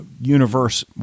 universe